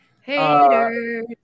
Haters